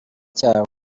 cyawe